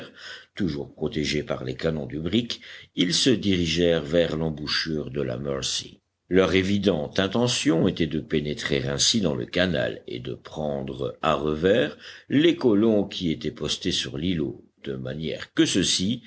toujours protégés par les canons du brick ils se dirigèrent vers l'embouchure de la mercy leur évidente intention était de pénétrer ainsi dans le canal et de prendre à revers les colons qui étaient postés sur l'îlot de manière que ceux-ci